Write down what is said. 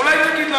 אולי יגיד לנו?